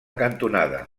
cantonada